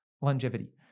longevity